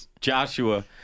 Joshua